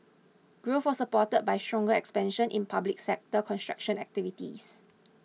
growth was supported by stronger expansion in public sector construction activities